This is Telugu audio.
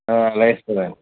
అలాగే ఇస్తుందండి